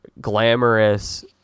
glamorous